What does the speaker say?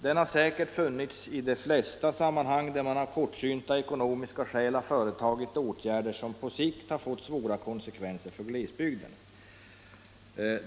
Den har säkert funnits i de flesta sammanhang där man av kortsynta ekonomiska skäl vidtagit åtgärder som på sikt har fått svåra konsekvenser för glesbygden.